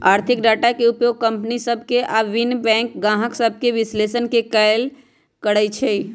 आर्थिक डाटा के उपयोग कंपनि सभ के आऽ भिन्न बैंक गाहक सभके विश्लेषण के लेल करइ छइ